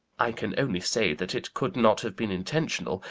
i can only say, that it could not have been intentional.